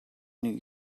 new